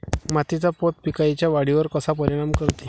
मातीचा पोत पिकाईच्या वाढीवर कसा परिनाम करते?